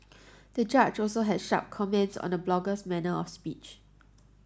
the judge also had sharp comments on the blogger's manner of speech